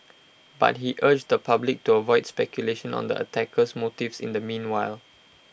but he urged the public to avoid speculation on the attacker's motives in the meanwhile